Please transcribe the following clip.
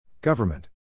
Government